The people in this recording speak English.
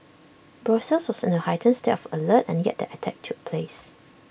Brussels was in A heightened state of alert and yet the attack took place